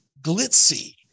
glitzy